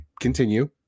continue